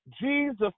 Jesus